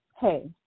hey